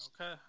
Okay